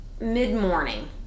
Mid-morning